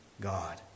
God